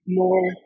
more